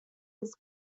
his